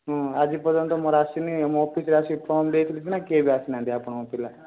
ହଁ ଆଜି ପର୍ଯ୍ୟନ୍ତ ମୋର ଆସିନି ମୁଁ ଅଫିସରେ ଆସିକି ଫର୍ମ୍ ଦେଇଥିଲି ସିନା କିଏ ବି ଆସିନାହାଁନ୍ତି ଆପଣଙ୍କ ପିଲା